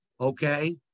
okay